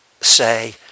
say